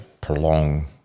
prolong